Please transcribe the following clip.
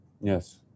yes